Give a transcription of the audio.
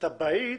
תב"עית